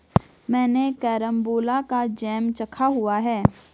मैंने कैरमबोला का जैम चखा हुआ है